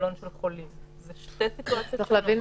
אלה שתי סיטואציות שונות.